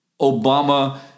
Obama